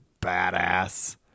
badass